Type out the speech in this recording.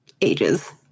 ages